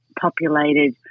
populated